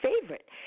favorite